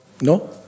No